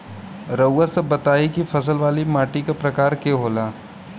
रउआ सब बताई कि फसल वाली माटी क प्रकार के होला?